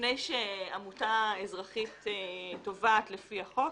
לפני שעמותה אזרחית תובעת לפי החוק,